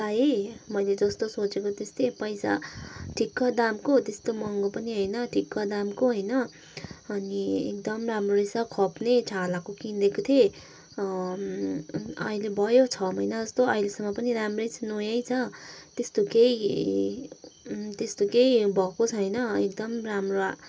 पाएँ मेलै जस्तो सोचेको त्यस्तै पैसा ठिक्क दामको त्यस्तो महँगो पनि होइन ठिक्क दामको होइन अनि एकदम राम्रो रहेछ खप्ने छालाको किनेको थिएँ अहिले भयो छ महिना जस्तो अहिलेसम्म पनि राम्रै छ नयाँ नै छ त्यस्तो केही त्यस्तो केही भएको छैन एकदम राम्रो